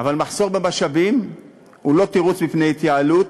אבל מחסור במשאבים הוא לא תירוץ מפני התייעלות,